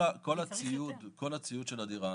כל הציוד של הדירה,